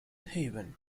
haven